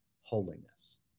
holiness